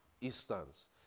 instance